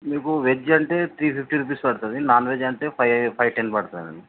మీకు వెజ్ అంటే three fifty rupees పడుతుంది నాన్ వెజ్ అంటే ఫైవ్ ఫైవ్ టెన్ పడతదండి